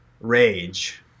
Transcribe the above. Rage